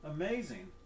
amazing